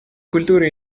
культуры